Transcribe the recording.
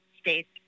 states